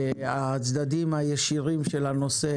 הצדדים הישירים של הנושא